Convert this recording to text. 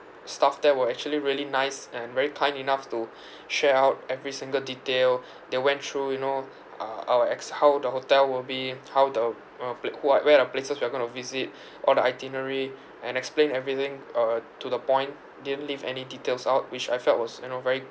staff there were actually really nice and very kind enough to share out every single detail they went through you know uh our ex~ how the hotel will be how the uh who are where are the places we are going to visit all the itinerary and explain everything uh to the point didn't leave any details out which I felt was you know very